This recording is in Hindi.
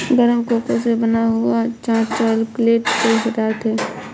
गरम कोको से बना हुआ हॉट चॉकलेट पेय पदार्थ है